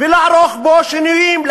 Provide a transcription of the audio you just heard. ולערוך בו שינויים,